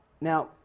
Now